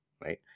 Right